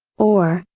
or,